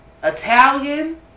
italian